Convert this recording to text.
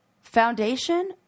Foundation